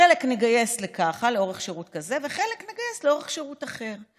חלק נגייס לאורך שירות כזה וחלק נגייס לאורך שירות אחר.